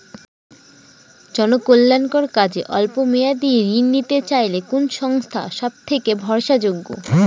জনকল্যাণকর কাজে অল্প মেয়াদী ঋণ নিতে চাইলে কোন সংস্থা সবথেকে ভরসাযোগ্য?